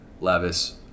Levis